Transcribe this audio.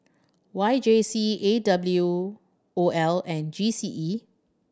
Y J C A W O L and G C E